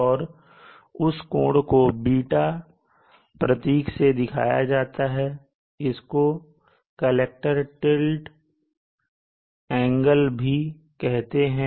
और उस कोण को β प्रतीक से दिखाया जाता है इसको कलेक्टर टिल्ट कोण भी कहते हैं